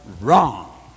wrong